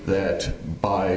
that by